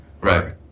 right